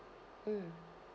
mm